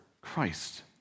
Christ